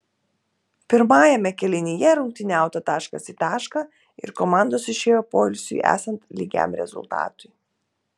pirmajame kėlinyje rungtyniauta taškas į tašką ir komandos išėjo poilsiui esant lygiam rezultatui